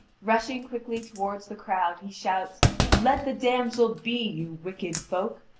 rushing quickly toward the crowd, he shouts let the damsel be, you wicked folk!